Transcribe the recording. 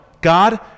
God